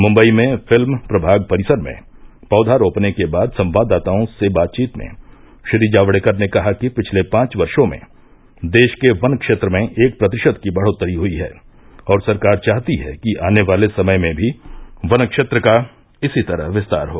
मुंबई में फिल्म प्रभाग परिसर में पौधा रोपने के बाद संवाददाताओं से बातचीत में श्री जावड़ेकर ने कहा कि पिछले पांच वर्षो में देश के वन क्षेत्र में एक प्रतिशत की बढ़ोतरी हुई है और सरकार चाहती है कि आने वाले समय में भी वन क्षेत्र का इसी तरह विस्तार हो